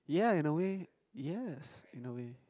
ya in a way yes in a way